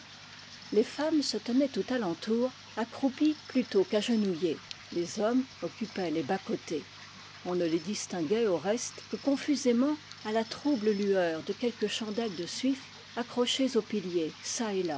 les femmes se tenaient tout à l'entour accroupies plutôt qu'agenouillées les hommes occupaient les bas côtés on ne les distinguait au reste que confusément à la trouble lueur de quelques chandelles de suif accrochées aux piliers